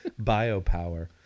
biopower